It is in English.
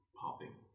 popping